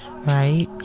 Right